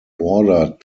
bordered